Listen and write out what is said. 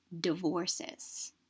divorces